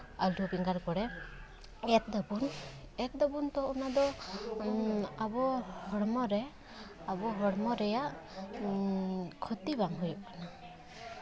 ᱟᱹᱞᱩ ᱵᱮᱸᱜᱟᱲ ᱠᱚᱨᱮᱜ ᱮᱨᱫᱟᱵᱚᱱ ᱮᱨ ᱫᱟᱵᱚᱱ ᱛᱚ ᱚᱱᱟ ᱫᱚ ᱟᱵᱚ ᱦᱚᱲᱢᱚ ᱨᱮ ᱟᱵᱚ ᱦᱚᱲᱢᱚ ᱨᱮᱭᱟᱜ ᱠᱷᱚᱛᱤ ᱵᱟᱝ ᱦᱩᱭᱩᱜ ᱠᱟᱱᱟ